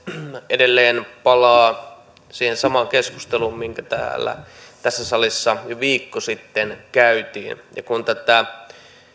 edelleen palaan siihen samaan keskusteluun mikä tässä salissa viikko sitten käytiin ja ja kun tätä